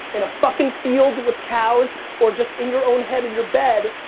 in a fuckin' field with cows, or just in your own head in your bed,